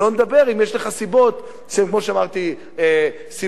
שלא לדבר אם יש לך סיבות כמו שאמרתי: סיבות